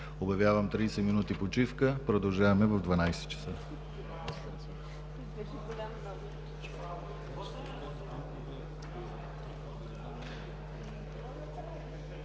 Обявявам 30 минути почивка. Продължаваме в 12.00 ч.